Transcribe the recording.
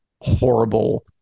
horrible